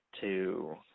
to-